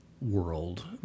world